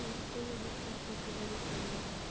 माटी में ही सब खेती बारी कईल जाला